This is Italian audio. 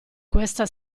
questa